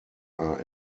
are